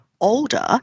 older